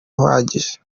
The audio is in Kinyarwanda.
uhagije